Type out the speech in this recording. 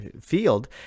field